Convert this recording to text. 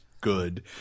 good